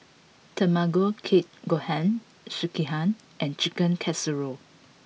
Tamago Kake Gohan Sekihan and Chicken Casserole